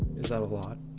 is that a lot?